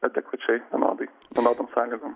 adekvačiai vienodai vienodom sąlygom